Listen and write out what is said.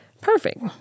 Perfect